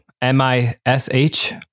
m-i-s-h